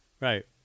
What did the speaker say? Right